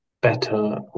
Better